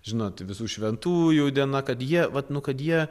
žinot visų šventųjų diena kad jie vat nu kad jie